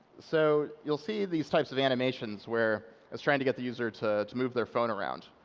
so you'll see these types of animations where i was trying to get the user to to move their phone around.